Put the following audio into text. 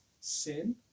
sin